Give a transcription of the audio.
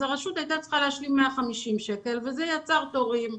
אז הרשות הייתה צריכה להשלים 150 שקלים וזה יצר תורים.